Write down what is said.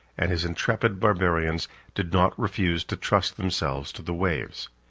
and his intrepid barbarians did not refuse to trust themselves to the waves.